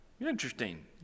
interesting